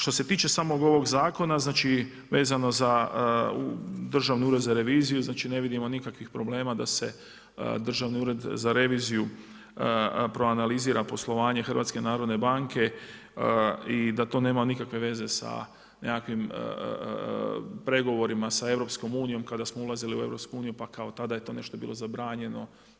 Što se tiče samog ovog zakona, vezano za Državni ured za reviziju, ne vidimo nikakvih problema da se Državni ured za reviziju proanalizira poslovanje HNB-a i da to nema nikakve veze sa nekakvim pregovorima sa EU, kada smo ulazili u EU pa kao tada je to nešto bilo zabranjeno.